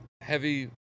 heavy